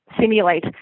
simulate